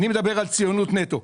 אני מדבר על ציונות נטו.